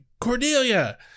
Cordelia